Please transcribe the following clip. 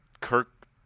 Kirk